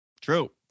true